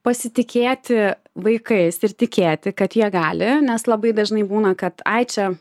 pasitikėti vaikais ir tikėti kad jie gali nes labai dažnai būna kad ai čia